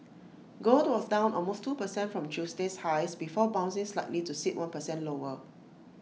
gold was down almost two percent from Tuesday's highs before bouncing slightly to sit one percent lower